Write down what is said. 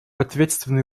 ответственный